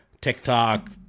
TikTok